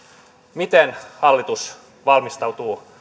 miten hallitus valmistautuu